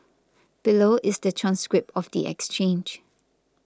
below is the transcript of the exchange